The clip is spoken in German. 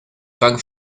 bank